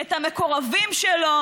את המקורבים שלו,